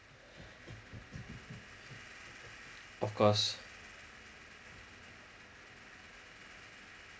of course